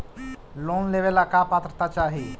Loan लेवेला का पात्रता चाही?